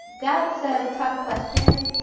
that's a tough question,